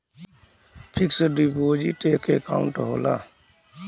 fix deposit एक account होला